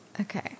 okay